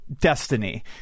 Destiny